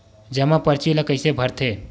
जमा परची ल कइसे भरथे?